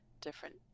different